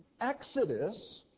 exodus